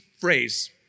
phrase